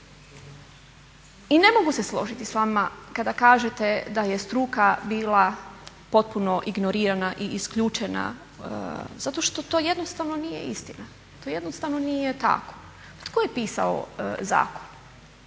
I ne mogu se složiti s vama kada kažete da je struka bila potpuno ignorirana i isključena zato što to jednostavno nije istina, to jednostavno nije tako. Tko je pisao zakon?